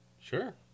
Sure